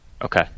Okay